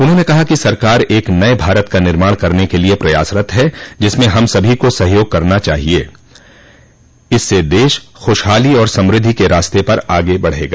उन्होंने कहा कि सरकार एक नये भारत का निर्माण करने के लिए प्रयासरत है जिसमें हम सभी को सहयोग कराना चाहिए इससे देश खुशहाली और समद्धि के रास्ते पर आगे बढगा